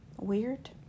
weird